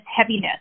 heaviness